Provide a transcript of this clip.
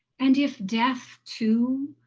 and if death, too,